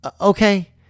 okay